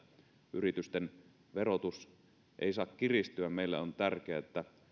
yritysten verotus ei saa kiristyä meille on tärkeää että